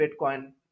bitcoin